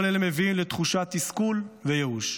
כל אלה מביאים לתחושת תסכול וייאוש.